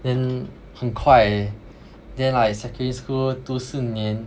then 很快 then like secondary school 读四年